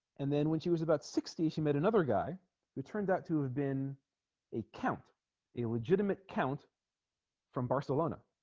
and then when she was about sixty she met another guy who turned out to have been a count illegitimate count from barcelona